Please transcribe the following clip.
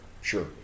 Sure